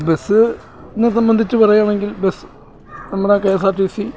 ബസ്സ്നേ സംബന്ധിച്ച് പറയുകയാണെങ്കിൽ ബസ് നമ്മുടെ K S R T C